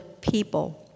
people